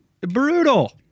Brutal